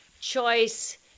choice